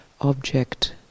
object